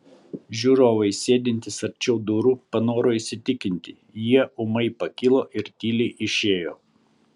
žiūrovai sėdintys arčiau durų panoro įsitikinti jie ūmai pakilo ir tyliai išėjo